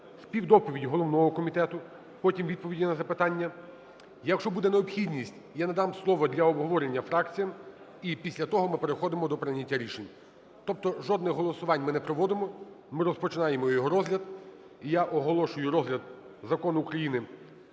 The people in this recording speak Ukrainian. співдоповідь головного комітету, потім відповіді на запитання. Якщо буде необхідність, я надам слово для обговорення фракціям. І після того ми переходимо до прийняття рішення. Тобто жодне з голосувань ми не проводимо. Ми розпочинаємо його розгляд. І я оголошую розгляд Закону України